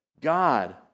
God